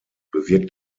bewirkt